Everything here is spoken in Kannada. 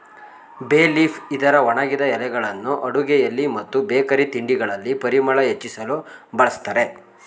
ಬೇ ಲೀಫ್ ಇದರ ಒಣಗಿದ ಎಲೆಗಳನ್ನು ಅಡುಗೆಯಲ್ಲಿ ಮತ್ತು ಬೇಕರಿ ತಿಂಡಿಗಳಲ್ಲಿ ಪರಿಮಳ ಹೆಚ್ಚಿಸಲು ಬಳ್ಸತ್ತರೆ